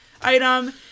item